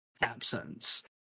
absence